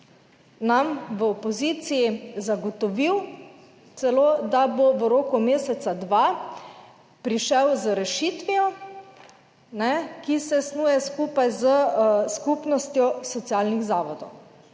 nam v opoziciji zagotovil celo, da bo v roku meseca, dva prišel z rešitvijo, ki se snuje skupaj s skupnostjo socialnih zavodov,